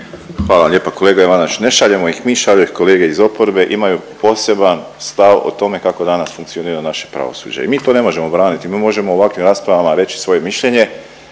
Hvala lijepa. Kolega Ivanović ne šaljemo ih mi šalju ih kolege iz oporbe, imaju poseban stav o tome kako danas funkcionira naše pravosuđe i mi to ne možemo braniti. Mi možemo u ovakvim raspravama reći svoje mišljenje,